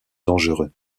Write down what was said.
dangereux